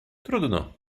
trudno